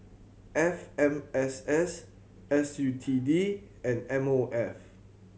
F M S S S U T D and M O F